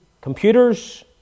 computers